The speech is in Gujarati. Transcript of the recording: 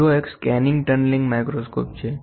બીજો એક સ્કેનીગ ટનલિંગ માઇક્રોસ્કોપ છે